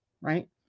Right